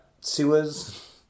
Sewers